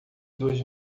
dois